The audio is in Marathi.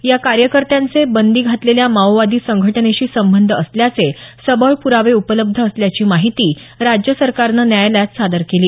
या कार्यकर्त्यांचे बंदी घातलेल्या माओवादी संघटनेशी संबंध असल्याचे सबळ प्रावे उपलब्ध असल्याची माहिती राज्य सरकारनं न्यायालयात सादर केली